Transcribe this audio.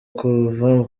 kuva